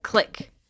click